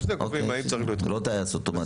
קובעים אם צריך --- לא טייס אוטומטי.